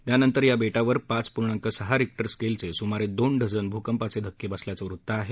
त्यानंतर या बेटावर पाच पूर्णांक सहा रिक्टर स्केलचे सुमारे दोन डझन भूकंपाचे धक्के बसल्याचं वृत्त आहे